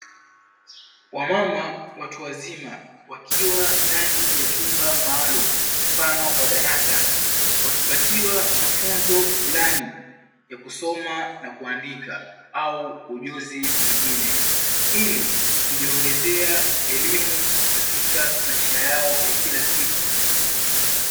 Wamama watu wazima wakiwa ndani ya chumba maalum mfano wa darasa wakipatiwa mafunzo fulani ya kusoma na kuandika au ujuzi mwingine ili kujiongezea elimu katika maisha yao ya kila siku.